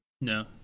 No